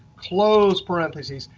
close parentheses.